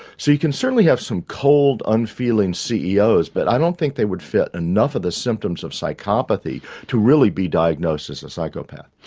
so you can certainly have some cold, unfeeling ceos, but i don't think they would fit enough of the symptoms of psychopathy to really be diagnosed as a psychopath.